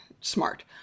smart